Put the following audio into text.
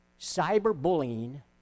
Cyberbullying